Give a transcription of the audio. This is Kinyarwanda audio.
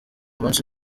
munsi